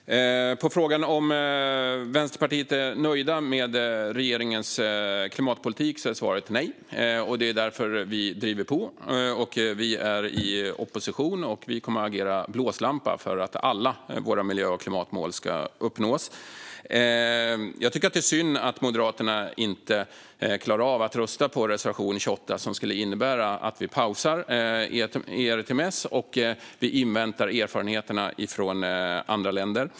Fru talman! På frågan om vi i Vänsterpartiet är nöjda med regeringens klimatpolitik är svaret nej. Det är därför vi driver på. Vi är i opposition och kommer att agera blåslampa för att alla våra miljö och klimatmål ska uppnås. Det är synd att Moderaterna inte klarar av att rösta för reservation 28, som skulle innebära att vi pausar ERTMS och inväntar erfarenheterna från andra länder.